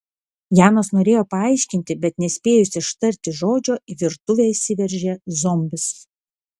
janas norėjo paaiškinti bet nespėjus ištarti žodžio į virtuvę įsiveržė zombis